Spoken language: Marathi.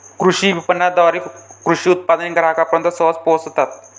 कृषी विपणनाद्वारे कृषी उत्पादने ग्राहकांपर्यंत सहज पोहोचतात